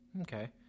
Okay